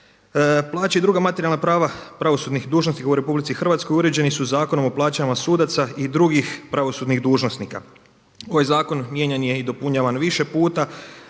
Plaće i druga materijalna prava pravosudnih dužnosnika u Republici Hrvatskoj uređeni su Zakonom o plaćama sudaca i drugih pravosudnih dužnosnika. Ovaj zakon mijenjan je i dopunjavan više puta.